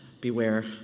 beware